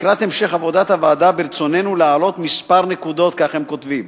"לקראת המשך עבודת הוועדה ברצוננו להעלות מספר נקודות:" כך הם כותבים,